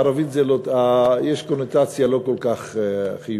בערבית יש קונוטציה לא כל כך חיובית,